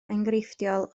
enghreifftiol